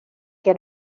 que